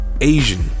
Asian